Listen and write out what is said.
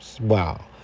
Wow